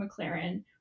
McLaren